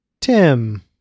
Tim